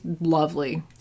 lovely